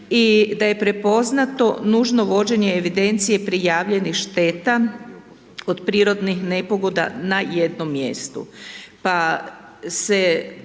i da je prepoznato nužno vođenje evidencije prijavljenih šteta od prirodnih nepogoda na jednom mjestu,